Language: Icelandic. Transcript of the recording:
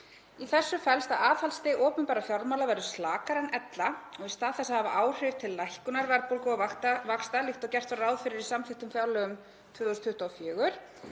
Í þessu felst að aðhaldsstig opinberra fjármála verður slakara en ella. Í stað þess að hafa áhrif til lækkunar verðbólgu og vaxta, líkt og gert var ráð fyrir í samþykktum fjárlögum 2024,